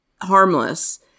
harmless